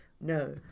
No